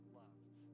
loved